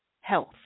health